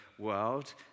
world